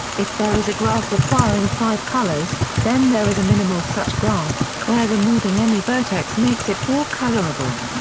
if there is a graph requiring five colors, then there is a minimal such graph, where removing any vertex makes it four-colorable.